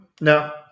no